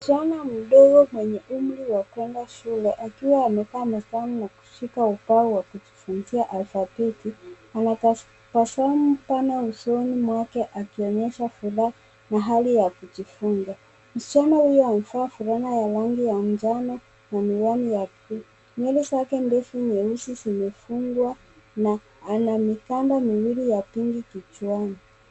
Msichana mdogo mwenye umri wa kuenda shule akiwa amekaa mezani na kushika ubao wa kujifunzia alphabeti , anatabasamu pale usoni mwake akionyesha furaha na hali ya kujifunza. Msichana huyo amevaa fulana ya rangi ya njano na miwani ya bluu. Nywele zake ndefu nyeusi zimefungwa na ana mikanda miwili ya pinki kichwani.